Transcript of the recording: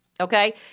okay